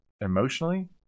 emotionally